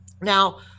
Now